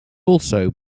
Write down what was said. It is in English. also